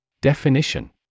Definition